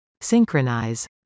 Synchronize